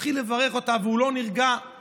והתחיל לברך אותה ולא נרגע,